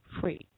free